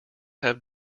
have